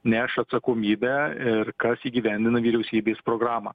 neša atsakomybę ir kas įgyvendina vyriausybės programą